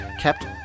kept